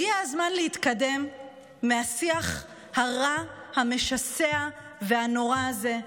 הגיע הזמן להתקדם מהשיח הרע, המשסע והנורא הזה.